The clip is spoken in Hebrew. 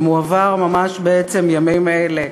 האדיר שמועבר ממש בעצם ימים אלה